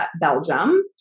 Belgium